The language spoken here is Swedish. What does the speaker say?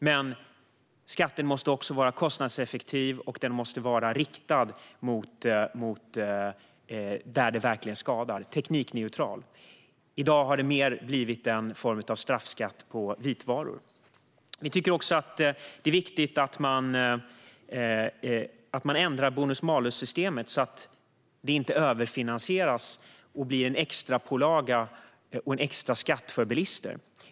Men skatten måste vara kostnadseffektiv och riktad mot det som verkligen skadar. Den ska vara teknikneutral. I dag har det mer blivit en straffskatt på vitvaror. Vi tycker också att det viktigt att ändra bonus-malus-systemet så att det inte överfinansieras och blir en extra pålaga och skatt för bilister.